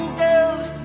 girls